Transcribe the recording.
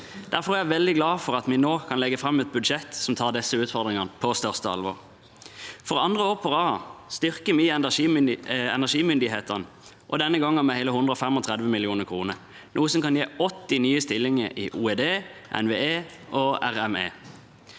Derfor er jeg veldig glad for at vi nå kan legge fram et budsjett som tar disse utfordringene på største alvor. For andre år på rad styrker vi energimyndighetene, og denne gangen med hele 135 mill. kr, noe som kan gi 80 nye stillinger i OED, NVE og RME.